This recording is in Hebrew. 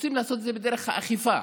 רוצים לעשות את זה בדרך האכיפה,